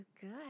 good